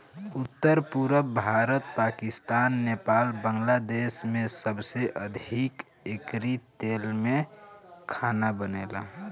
उत्तर, पुरब भारत, पाकिस्तान, नेपाल, बांग्लादेश में सबसे अधिका एकरी तेल में खाना बनेला